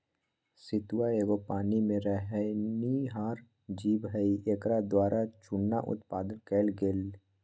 सितुआ एगो पानी में रहनिहार जीव हइ एकरा द्वारा चुन्ना उत्पादन कएल गेल